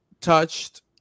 touched